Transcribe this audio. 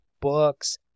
books